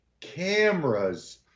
cameras